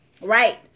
right